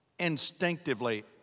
instinctively